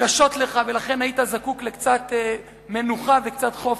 קשות לך, ולכן היית זקוק לקצת מנוחה וקצת חופש.